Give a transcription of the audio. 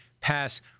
pass